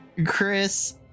Chris